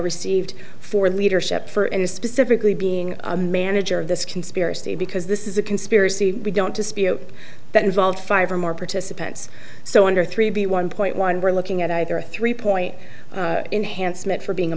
received for leadership for and specifically being a manager of this conspiracy because this is a conspiracy we don't dispute that involved five or more participants so under three b one point one we're looking at either a three point enhanced meant for being a